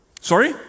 Sorry